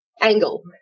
angle